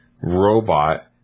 robot